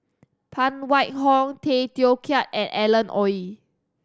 Phan Wait Hong Tay Teow Kiat and Alan Oei